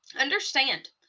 Understand